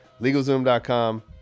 LegalZoom.com